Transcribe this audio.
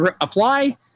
apply